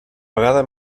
vegada